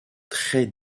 très